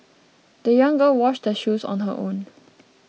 the young girl washed her shoes on her own